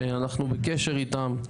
שאנחנו בקשר איתם,